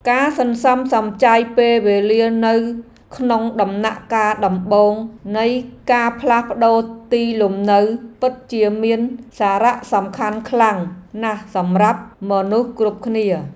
ការសន្សំសំចៃពេលវេលានៅក្នុងដំណាក់កាលដំបូងនៃការផ្លាស់ប្ដូរទីលំនៅពិតជាមានសារៈសំខាន់ខ្លាំងណាស់សម្រាប់មនុស្សគ្រប់គ្នា។